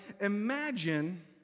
imagine